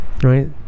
right